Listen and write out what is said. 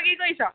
কি কৰিছ